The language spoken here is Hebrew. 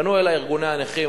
פנו אלי ארגוני הנכים.